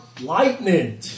Lightning